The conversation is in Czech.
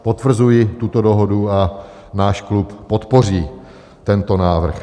Potvrzuji tuto dohodu a náš klub podpoří tento návrh.